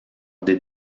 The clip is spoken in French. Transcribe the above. des